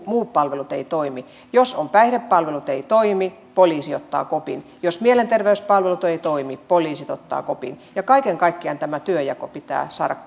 muut palvelut eivät toimi jos päihdepalvelut eivät toimi poliisi ottaa kopin jos mielenterveyspalvelut eivät toimi poliisit ottavat kopin kaiken kaikkiaan tämä työnjako pitää saada